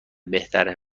بهتره